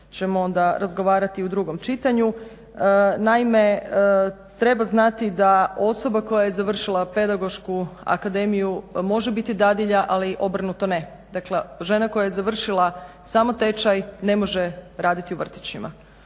ćemo onda razgovarati u drugom čitanju. Naime, treba znati da osoba koja je završila Pedagošku akademiju može biti dadilja ali obrnuto ne. Dakle žena koja je završila samo tečaj ne može raditi u vrtićima.